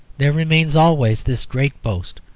there remains always this great boast,